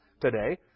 today